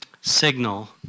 signal